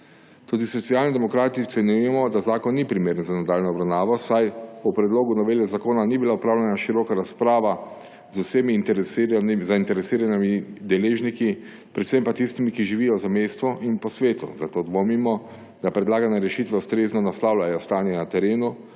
Tudi Socialni demokrati ocenjujemo, da zakon ni primeren za nadaljnjo obravnavo, saj o predlogu novele zakona ni bila opravljena široka razprava z vsemi zainteresiranimi deležniki, predvsem pa tistimi, ki živijo v zamejstvu in po svetu. Zato dvomimo, da predlagane rešitve ustrezno naslavljajo stanje na terenu